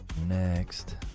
Next